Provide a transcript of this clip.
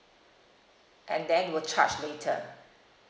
and then it will charge later